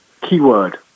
Keyword